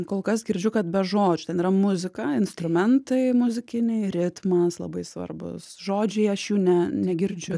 kol kas girdžiu kad be žodžių ten yra muzika instrumentai muzikiniai ritmas labai svarbūs žodžiai aš jų ne negirdžiu